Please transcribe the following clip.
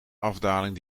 afdaling